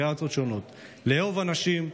לאהוב אנשים,